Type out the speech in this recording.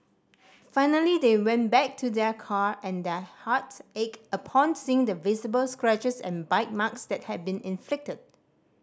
finally they went back to their car and their hearts ached upon seeing the visible scratches and bite marks that had been inflicted